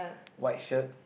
white shirt